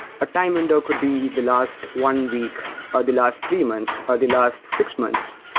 a time window could be the last one week, or the last three months, or the last six months.